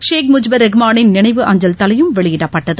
ஷேக் முஜ்பர் ரஹ்மானின் நினைவு அஞ்சல் தலையும் வெளியிடப்பட்டது